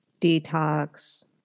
detox